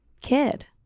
kid